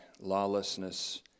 lawlessness